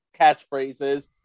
catchphrases